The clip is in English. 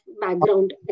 background